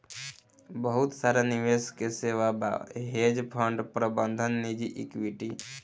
बहुत सारा निवेश के सेवा बा, हेज फंड प्रबंधन निजी इक्विटी